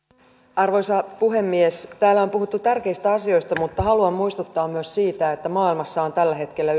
arvoisa puhemies täällä on puhuttu tärkeistä asioista mutta haluan muistuttaa myös siitä että maailmassa on tällä hetkellä